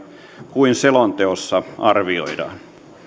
kuin selonteossa arvioidaan